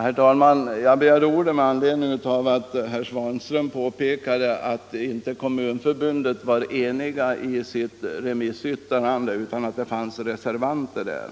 Herr talman! Jag begärde ordet med anledning av att herr Svanström påpekade att Kommunförbundet inte var enigt i sitt remissyttrande utan att det fanns reservanter där.